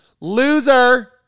Loser